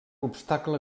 obstacle